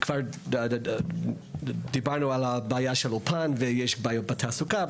כבר דיברנו על הבעיות באולפנים ועל בעיות בתעסוקה,